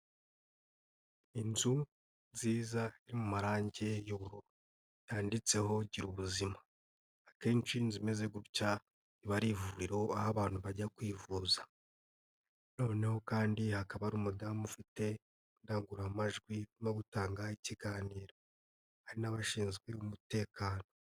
Inzu nziza yo mu marangi y'ubururu yanditseho gira ubuzima. Akenshi inzu imeze gutya iba ari ivuriro aho abantu bajya kwivuza noneho kandi hakaba ari umudamu ufite indangururamajwi no gutanga ikiganiro, hari n'abashinzwe umutekano.